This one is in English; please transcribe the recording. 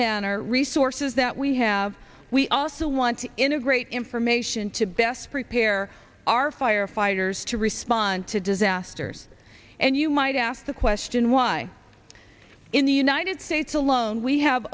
manner resources that we have we also want to integrate information to best prepare our firefighters to respond to disasters and you might ask the question why in the united states alone we have